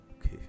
okay